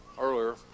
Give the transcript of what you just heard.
earlier